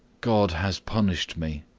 god has punished me.